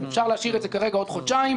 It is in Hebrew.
אפשר להשאיר את זה כרגע עוד חודשיים.